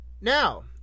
now